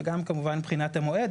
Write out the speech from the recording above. וגם מבחינת המועד,